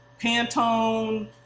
Pantone